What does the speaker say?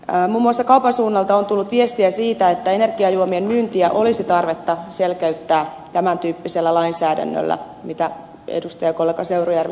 muun muassa kaupan suunnalta on tullut viestejä siitä että energiajuomien myyntiä olisi tarvetta selkeyttää tämän tyyppisellä lainsäädännöllä mitä edustajakollega seurujärvi esittää